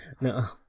No